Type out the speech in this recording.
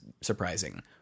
surprising